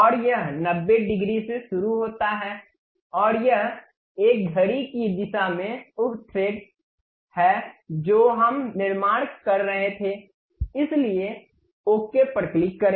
और यह 90 डिग्री से शुरू होता है और यह एक घड़ी की दिशा में उह थ्रेड है जो हम निर्माण कर रहे थे इसलिए ओके पर क्लिक करें